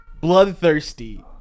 bloodthirsty